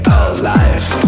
alive